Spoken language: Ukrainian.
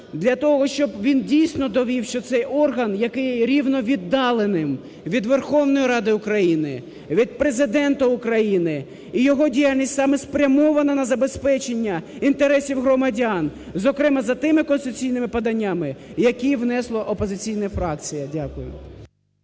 для того, щоб він, дійсно, довів, що цей орган, який є рівновіддаленим від Верховної Ради України, від Президента України, і його діяльність саме спрямована на забезпечення інтересів громадян. Зокрема, за тими конституційними поданнями, які внесла опозиційна фракція. Дякую.